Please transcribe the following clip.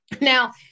Now